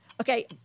Okay